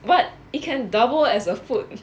what it can double as a food